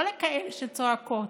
לא לכאלה שצועקות,